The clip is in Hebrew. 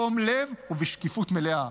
בתום לב ובשקיפות מלאה.